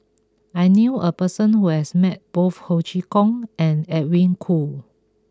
I knew a person who has met both Ho Chee Kong and Edwin Koo